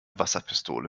wasserpistole